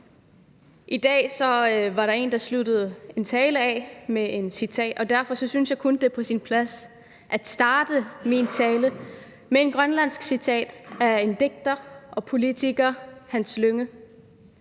I dag var der en, der sluttede en tale af med et citat, og derfor synes jeg kun, det er på sin plads at starte min tale med et grønlandsk citat af en digter og politiker, Hans Lynge.